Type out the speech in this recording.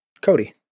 Cody